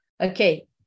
okay